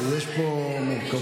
יש פה מורכבות.